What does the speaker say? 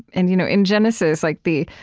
and you know in genesis, like the